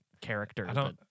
character